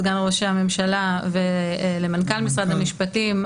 סגן ראש הממשלה ומנכ"ל משרד המשפטים,